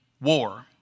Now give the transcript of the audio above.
war